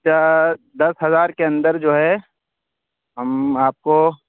اچھا دس ہزار کے اندر جو ہے ہم آپ کو